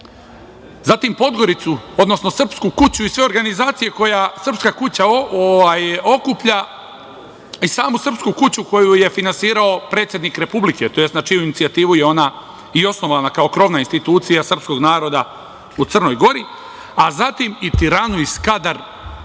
zatim Podgoricu, odnosno Srpsku kuću i sve organizacije koja Srpska kuća okuplja i samu srpsku kuću koju je finansirao predsednik Republike, tj. na čiju inicijativu je ona i osnovana kao krovna institucija srpskog naroda u Crnoj Gori, a zatim i Tiranu i Skadar, gde